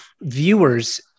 viewers